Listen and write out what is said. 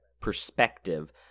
perspective